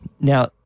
Now